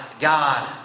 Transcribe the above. God